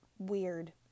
weird